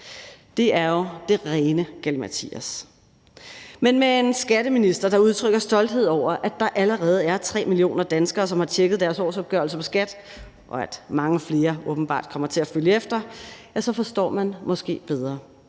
Det er jo det rene galimatias. Men med en skatteminister, der udtrykker stolthed over, at der allerede er 3 millioner danskere, som har tjekket deres årsopgørelse på skat.dk, og at mange flere åbenbart kommer til at følge efter, forstår man måske bedre.